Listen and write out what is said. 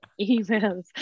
emails